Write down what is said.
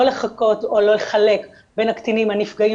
לא לחכות או לחלק בין הקטינים הנפגעים